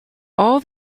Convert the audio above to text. all